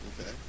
Okay